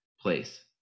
place